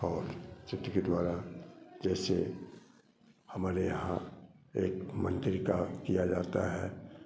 और चित्र के द्वारा जैसे हमारे यहाँ एक मंदिर का किया जाता है